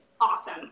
awesome